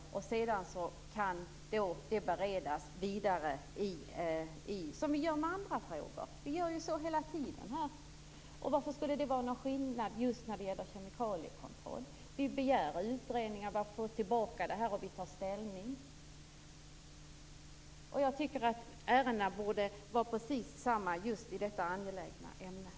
Förslagen skall beredas på samma sätt som andra förslag. Vi gör ju så hela tiden här. Varför skulle det vara någon skillnad just när det gäller kemikaliekontroll? Vi begär utredningar och får tillbaka utlåtanden. Vi tar ställning. Jag tycker att det borde vara precis samma just i denna angelägna fråga.